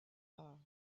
are